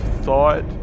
thought